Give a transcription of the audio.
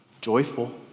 joyful